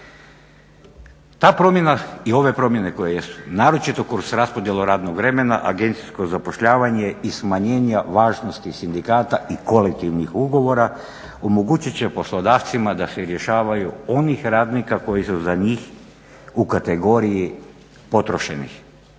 Ta promjena i ove promjene koje jesu, naročito kroz raspodjelu radnog vremena, agencijsko zapošljavanje i smanjenja važnosti sindikata i kolektivnih ugovora, omogućit će poslodavcima da se rješavaju onih radnika koji su za njih u kategoriji potrošenih,